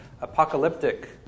apocalyptic